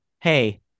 Hey